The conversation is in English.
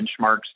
benchmarks